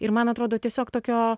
ir man atrodo tiesiog tokio